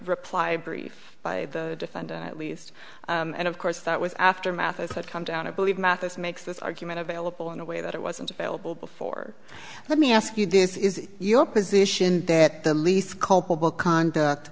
reply brief by the defendant at least and of course that was aftermath as could come down i believe mathis makes this argument available in a way that it wasn't available before let me ask you this is it your position that the least culpable conduct